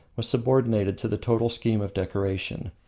was subordinated to the total scheme of decoration.